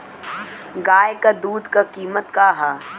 गाय क दूध क कीमत का हैं?